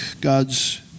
God's